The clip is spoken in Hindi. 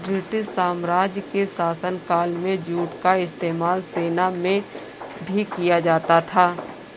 ब्रिटिश साम्राज्य के शासनकाल में जूट का इस्तेमाल सेना में भी किया जाता था